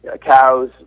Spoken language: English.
cows